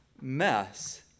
mess